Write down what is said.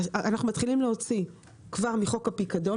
אנחנו מתחילים להוציא כבר מחוק הפיקדון,